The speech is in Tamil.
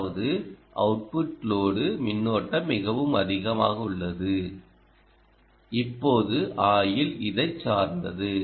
அதாவது அவுட்புட் லோடு மின்னோட்டம் மிகவும் அதிகமாக உள்ளது இப்போது ஆயுள் இதைச் சார்ந்தது